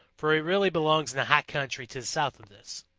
for he really belongs in the hot country to the south of this.